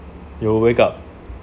you will wake up